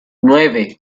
nueve